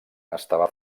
estava